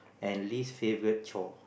and least favourite chore